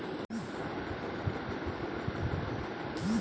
জিনিস পত্র যে সমস্ত মার্কেট গুলোতে বিক্রি করবো